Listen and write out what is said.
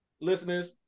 listeners